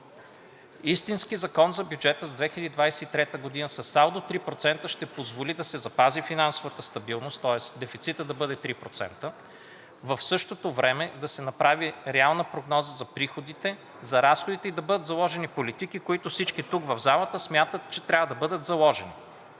Истински закон за бюджета за 2023 г. със салдо 3% ще позволи да се запази финансовата стабилност, тоест дефицитът да бъде 3%, в същото време да се направи реална прогноза за приходите, за разходите и да бъдат заложени политики, които всички тук в залата смятат, че трябва да бъдат заложени.